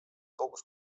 kogus